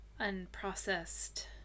unprocessed